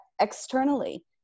externally